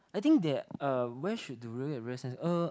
I think there uh where should do really have real sense uh